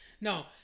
No